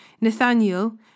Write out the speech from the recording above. Nathaniel